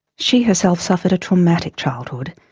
she herself suffered a traumatic childhood,